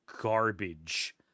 garbage